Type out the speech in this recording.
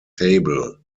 table